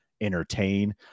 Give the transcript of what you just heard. entertain